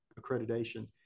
accreditation